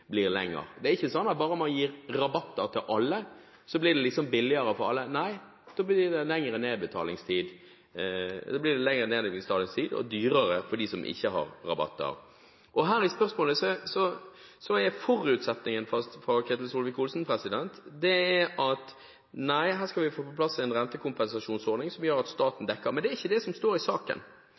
blir det noen andre som betaler mindre, eller så betyr det at den samlede nedbetalingstiden blir lengre. Det er ikke sånn at bare man gir rabatter til alle, så blir det billigere for alle. Nei, da blir det lengre nedbetalingstid og dyrere for dem som ikke har rabatter. I forbindelse med dette spørsmålet er forutsetningen fra statsråd Ketil Solvik-Olsen at vi skal få på plass en rentekompensasjonsordning som gjør at staten dekker det. Men det er ikke det som står i saken.